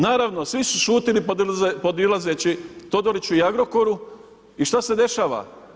Naravno, svi su šutjeli podilazeći Todoriću i Agrokoru i šta se dešava?